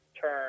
turn